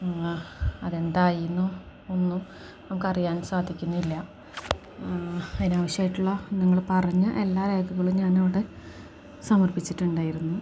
അതെന്തായിന്നു ഒന്നും നമുക്കറിയൻ സാധിക്കുന്നില്ല അതിനാവശ്യായിട്ടുള്ള നിങ്ങള് പറഞ്ഞ എല്ലാ രേഖകളും ഞാനവിടെ സമർപ്പിച്ചിട്ടുണ്ടായിരുന്നു